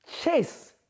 Chase